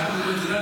שהיה אמור להיות,